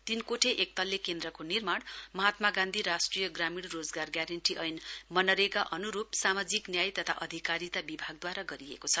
तीन कोठे एकतल्ले केन्द्रको निर्माण महात्मा गान्धी राष्ट्रिय ग्रामीण रोजगार म्यारेण्टी ऐन मनेगरा अनुरूप सामाजिक न्याय तथा अधिकारिता विभागद्वारा गरिएको छ